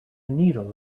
needle